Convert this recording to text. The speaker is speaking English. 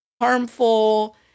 harmful